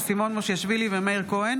סימון מושיאשוילי ומאיר כהן